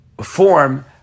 form